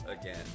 again